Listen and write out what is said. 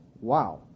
Wow